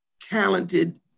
talented